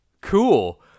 cool